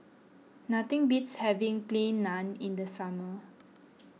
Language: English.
nothing beats having Plain Naan in the summer